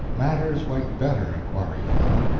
matters went better at quarry farm.